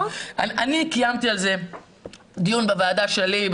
אני קיימתי על דיון בוועדה שלי,